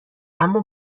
اما